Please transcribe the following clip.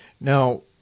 Now